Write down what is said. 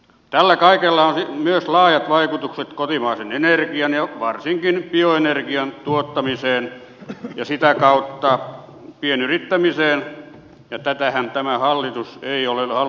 tällä kaikella on myös laajat vaikutukset kotimaisen energian ja varsinkin bioenergian tuottamiseen ja sitä kautta pienyrittämiseen ja tätähän tämä hallitus ei ole halunnut ymmärtää